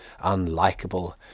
unlikable